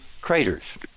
craters